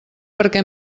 perquè